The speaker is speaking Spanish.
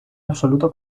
absoluto